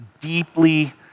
deeply